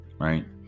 right